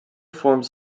forms